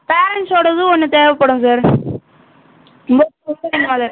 பேரன்ட்ஸோடதும் ஒன்று தேவைப்படும் சார் ம்